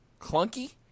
clunky